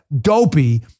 dopey